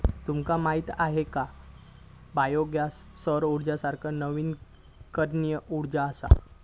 तुमका माहीत हा काय की बायो गॅस सौर उर्जेसारखी नवीकरणीय उर्जा असा?